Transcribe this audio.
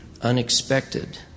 unexpected